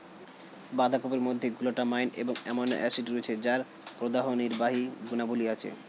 বাঁধাকপির মধ্যে গ্লুটামাইন এবং অ্যামাইনো অ্যাসিড রয়েছে যার প্রদাহনির্বাহী গুণাবলী আছে